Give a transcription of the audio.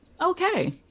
okay